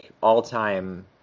all-time